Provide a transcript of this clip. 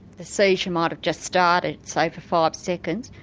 the seizure might have just started say for five seconds,